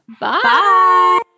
Bye